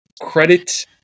credit